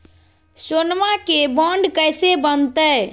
सोनमा के बॉन्ड कैसे बनते?